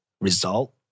result